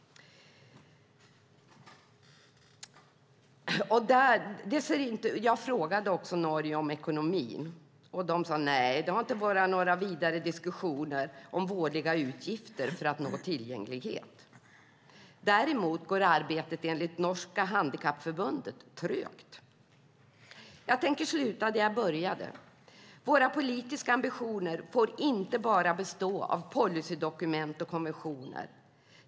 Jag frågade norrmännen om ekonomin. De sade att det inte har varit några vidare diskussioner om vådliga utgifter för att nå tillgänglighet. Däremot går arbetet enligt det norska handikappförbundet trögt. Jag tänker sluta där jag började. Våra politiska ambitioner får inte bara bestå av policydokument och konventioner.